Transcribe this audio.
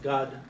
God